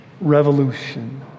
revolution